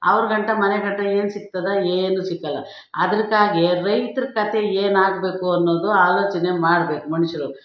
ಅವ್ರ ಗಂಟ ಮನೆಗಂಟ ಏನು ಸಿಕ್ತದ ಏನು ಸಿಕ್ಕಲ್ಲ ಅದಕ್ಕಾಗಿ ರೈತ್ರ ಕತೆ ಏನಾಗಬೇಕು ಅನ್ನೋದು ಆಲೋಚನೆ ಮಾಡ್ಬೇಕು ಮನುಷ್ರು